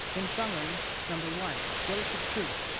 in summary number one what is the truth?